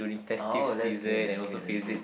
oh that's great that's great that's great